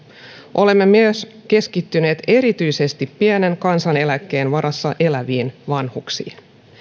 olemme myös keskittyneet erityisesti pienen kansaneläkkeen varassa eläviin vanhuksiin